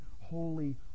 Holy